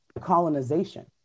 colonization